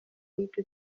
uhita